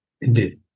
Indeed